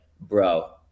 bro